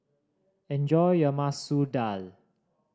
enjoy your Masoor Dal